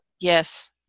Yes